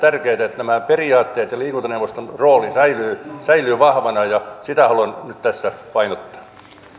tärkeätä että nämä periaatteet ja liikuntaneuvoston rooli säilyvät säilyvät vahvana sitä haluan nyt tässä painottaa